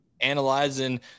analyzing